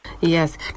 Yes